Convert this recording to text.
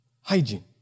hygiene